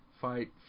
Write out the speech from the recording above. fight